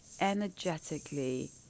energetically